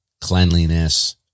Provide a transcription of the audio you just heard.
cleanliness